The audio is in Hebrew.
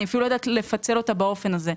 אני אפילו לא יודעת לפצל אותה באופן הזה.